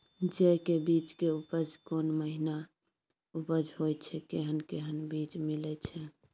जेय के बीज के उपज कोन महीना उपज होय छै कैहन कैहन बीज मिलय छै?